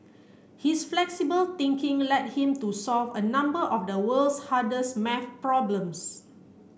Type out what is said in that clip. his flexible thinking led him to solve a number of the world's hardest maths problems